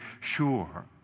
sure